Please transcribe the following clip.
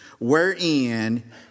wherein